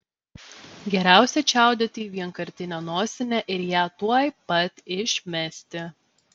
geriausia čiaudėti į vienkartinę nosinę ir ją tuoj pat išmesti